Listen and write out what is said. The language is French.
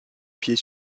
pied